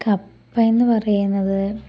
കപ്പയെന്നു പറയുന്നത്